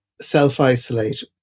self-isolate